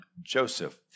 Joseph